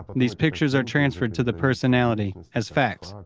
these pictures are transferred to the personality as facts,